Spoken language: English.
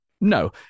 no